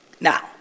Now